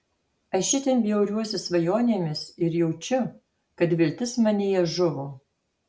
aš itin bjauriuosi svajonėmis ir jaučiu kad viltis manyje žuvo